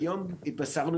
היום התבשרנו